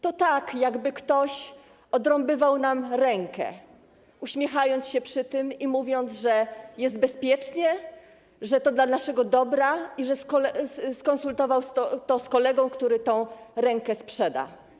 To tak, jakby ktoś odrąbywał nam rękę, uśmiechając się przy tym i mówiąc, że jest bezpiecznie, że to dla naszego dobra i że skonsultował to z kolegą, który tę rękę sprzeda.